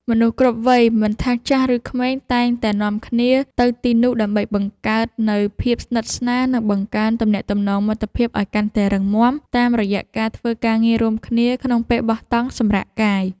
មនុស្សគ្រប់វ័យមិនថាចាស់ឬក្មេងតែងតែនាំគ្នាទៅទីនោះដើម្បីបង្កើតនូវភាពស្និទ្ធស្នាល និង បង្កើនទំនាក់ទំនងមិត្តភាពឱ្យកាន់តែរឹងមាំតាមរយៈការធ្វើការងាររួមគ្នាក្នុងពេលបោះតង់សម្រាកកាយ។